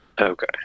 okay